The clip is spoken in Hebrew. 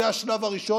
זה השלב הראשון.